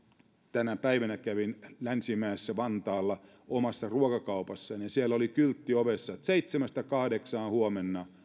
tänä päivänä kävin länsimäessä vantaalla omassa ruokakaupassani ja siellä oli ovessa kyltti että huomenna kello seitsemästä kahdeksaan